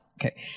Okay